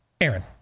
Aaron